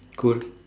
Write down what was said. cool